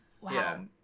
Wow